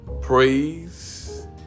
praise